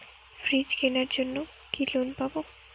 Fridge কেনার জন্য কি লোন পাব?